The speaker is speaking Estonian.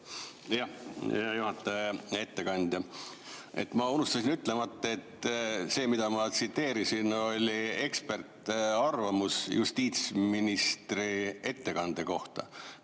Hea ettekandja! Ma unustasin ütlemata, et see, mida ma tsiteerisin, oli ekspertarvamus justiitsministri ettekande kohta,